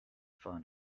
fond